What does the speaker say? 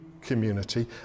community